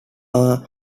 are